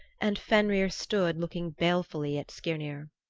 and fenrir stood looking balefully at skirnir.